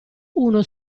uno